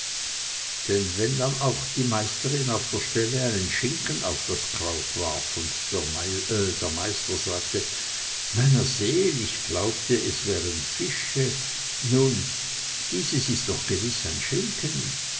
denn wenn dann auch die meisterin auf der stelle einen schinken auf das kraut warf und der meister sagte meiner seel ich glaubte es wären fische nun dieses ist doch gewiß ein schinken